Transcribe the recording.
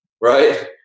right